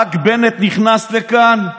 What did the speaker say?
רק בנט נכנס לכאן,